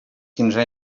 quinze